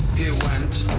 he went.